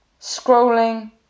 scrolling